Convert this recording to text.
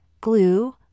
glue